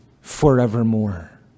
forevermore